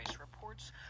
reports